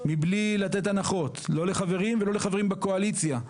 מבלי לתת הנחות לא לחברים ולא לחברים בקואליציה,